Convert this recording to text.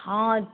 हँ